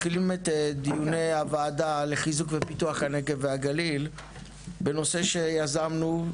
אנחנו מתחילים את דיוני הוועדה לחיזוק ופיתוח הנגב והגליל בנושא שיזמנו,